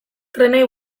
trenei